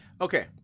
Okay